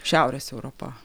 šiaurės europa